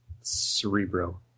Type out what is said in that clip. Cerebro